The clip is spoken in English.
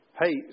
hey